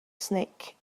snake